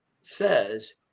says